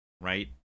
right